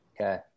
Okay